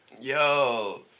Yo